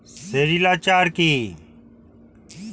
Sericulture কি?